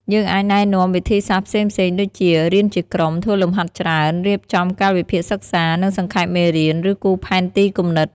យើងអាចណែនាំវិធីសាស្រ្តផ្សេងៗដូចជា រៀនជាក្រុម ធ្វើលំហាត់ច្រើន រៀបចំកាលវិភាគសិក្សា និងសង្ខេបមេរៀន ឬគូរផែនទីគំនិត។